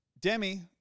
Demi